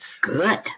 Good